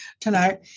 tonight